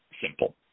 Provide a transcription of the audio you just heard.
simple